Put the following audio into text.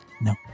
no